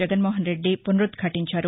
Jaganmohan Reddy వునరుద్యాటించారు